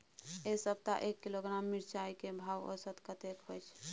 ऐ सप्ताह एक किलोग्राम मिर्चाय के भाव औसत कतेक होय छै?